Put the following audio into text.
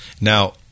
Now